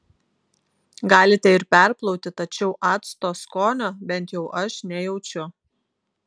galite ir perplauti tačiau acto skonio bent jau aš nejaučiu